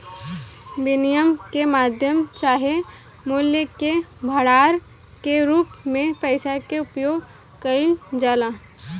विनिमय के माध्यम चाहे मूल्य के भंडारण के रूप में पइसा के उपयोग कईल जाला